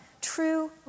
true